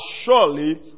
surely